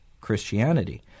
Christianity